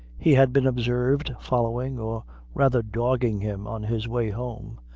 he had been observed following or rather dogging him on his way home,